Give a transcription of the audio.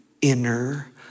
inner